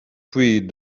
puis